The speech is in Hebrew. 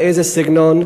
באיזה סגנון,